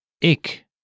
Ik